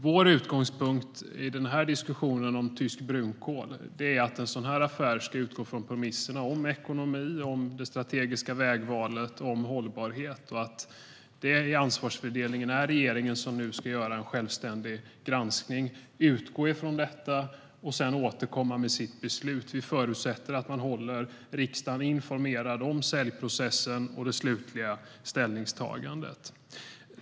Vår utgångspunkt i diskussionen om tyskt brunkol är att en sådan affär ska utgå från premisserna om ekonomi, det strategiska vägvalet och hållbarhet. I ansvarsfördelningen är det regeringen som nu ska göra en självständig granskning, utgå från den och sedan återkomma med sitt beslut. Vi förutsätter att man håller riksdagen informerad om säljprocessen och det slutliga ställningstagandet.